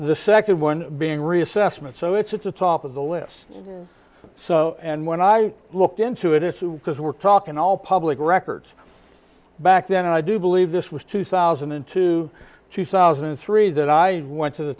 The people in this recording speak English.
the second one being reassessment so it's it's a top of the list so and when i looked into it it's because we're talking all public records back then and i do believe this was two thousand and two two thousand and three that i went to the